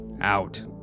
out